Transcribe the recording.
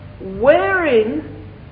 wherein